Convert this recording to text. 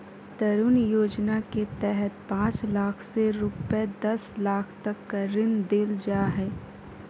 तरुण योजना के तहत पांच लाख से रूपये दस लाख तक का ऋण देल जा हइ